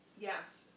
Yes